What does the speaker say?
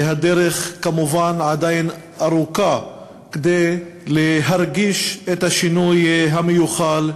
וכמובן עדיין הדרך ארוכה עד שנרגיש את השינוי המיוחל,